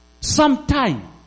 sometime